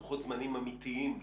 לוחות זמנים אמיתיים,